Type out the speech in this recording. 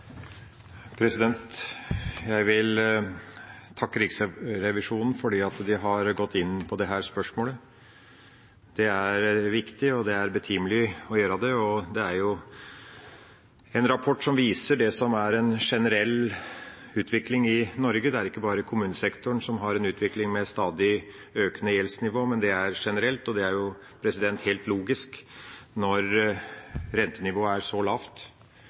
viktig, og det er betimelig å gjøre det. Det er en rapport som viser det som er en generell utvikling i Norge. Det er ikke bare kommunesektoren som har en utvikling med stadig økende gjeldsnivå, men det er generelt. Det er helt logisk at når rentenivået er så lavt